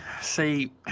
See